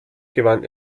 gewann